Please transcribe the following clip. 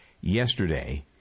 yesterday